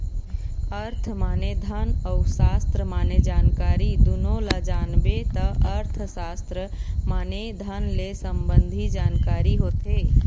अर्थ माने धन अउ सास्त्र माने जानकारी दुनो ल जानबे त अर्थसास्त्र माने धन ले संबंधी जानकारी होथे